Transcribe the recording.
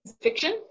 Fiction